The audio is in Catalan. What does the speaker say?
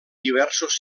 diversos